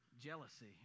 jealousy